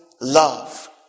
love